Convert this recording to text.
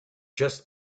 just